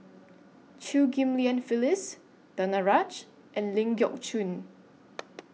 Chew Ghim Lian Phyllis Danaraj and Ling Geok Choon